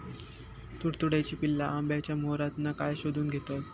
तुडतुड्याची पिल्ला आंब्याच्या मोहरातना काय शोशून घेतत?